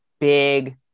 big